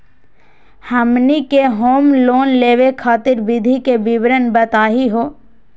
हमनी के home loan लेवे खातीर विधि के विवरण बताही हो?